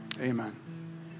amen